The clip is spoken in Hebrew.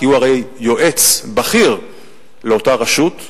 כי הוא הרי יועץ בכיר לאותה רשות.